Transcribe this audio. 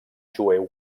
jueu